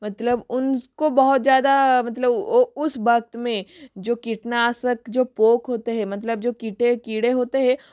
मतलब उन उसको बहुत ज़्यादा मतलब वो उस वक़्त में जो किटनाशक जो पोक होते हैं मतलब जो किटे कीड़े होते हैं